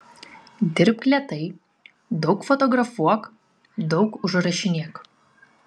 dirbk lėtai daug fotografuok daug užrašinėk